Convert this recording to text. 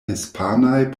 hispanaj